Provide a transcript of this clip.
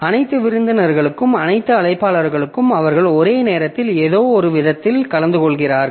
அனைத்து விருந்தினர்களும் அனைத்து அழைப்பாளர்களும் அவர்கள் ஒரே நேரத்தில் ஏதோவொரு விதத்தில் கலந்துகொள்கிறார்கள்